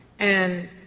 and